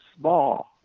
small